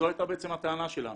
זו הייתה בעצם הטענה שלנו.